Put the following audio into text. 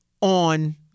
on